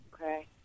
Okay